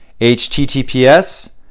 HTTPS